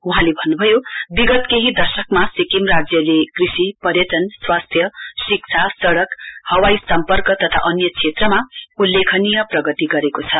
वहाँले भन्नुभयो विगत केही दशकमा सिक्किम राज्यले कृषि पर्यटनस्वास्थ्य शिक्षा सड़क हवाई सम्पर्क तथा अन्य क्षेत्रमा उल्लेखनीय प्रगति गरेको छ